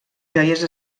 joies